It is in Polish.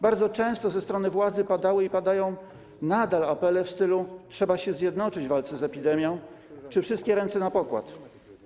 Bardzo często ze strony władzy padały i padają nadal apele w stylu „trzeba się zjednoczyć w walce z epidemią” czy „wszystkie ręce na pokład”